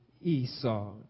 Esau